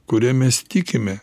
kuria mes tikime